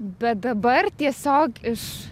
bet dabar tiesiog iš